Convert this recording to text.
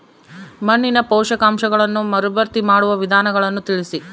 ಮಣ್ಣಿನ ಪೋಷಕಾಂಶಗಳನ್ನು ಮರುಭರ್ತಿ ಮಾಡುವ ವಿಧಾನಗಳನ್ನು ತಿಳಿಸಿ?